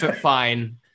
fine